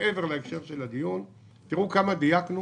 מעבר להקשר של הדיון, תראו כמה דייקנו